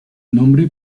nombre